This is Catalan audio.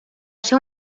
ser